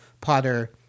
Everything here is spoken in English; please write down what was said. Potter